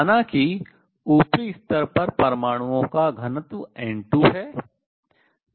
माना कि ऊपरी स्तर पर परमाणुओं का घनत्व n2 है